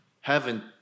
heaven